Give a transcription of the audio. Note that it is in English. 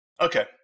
Okay